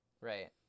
Right